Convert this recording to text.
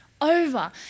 Over